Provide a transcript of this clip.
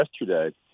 yesterday